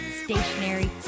stationary